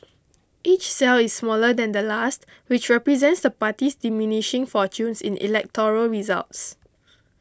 each cell is smaller than the last which represents the party's diminishing fortunes in electoral results